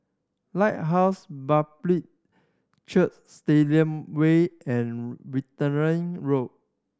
Lighthouse Baptist Church Stadium Way and Wittering Road